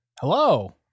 Hello